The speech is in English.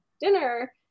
dinner